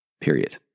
period